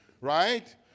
right